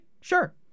Sure